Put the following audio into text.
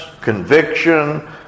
conviction